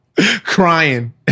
crying